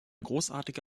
großartige